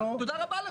תודה רבה לך.